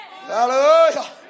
Hallelujah